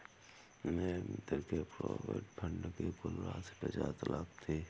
मेरे मित्र के प्रोविडेंट फण्ड की कुल राशि पचास लाख थी